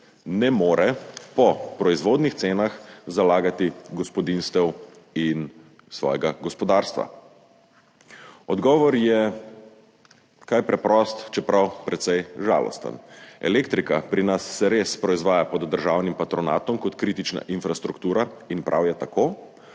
ne more po proizvodnih cenah zalagati gospodinjstev in svojega gospodarstva? Odgovor je kar preprost, čeprav precej žalosten. Elektrika se pri nas res proizvaja pod državnim patronatom kot kritična infrastruktura, in prav je tako,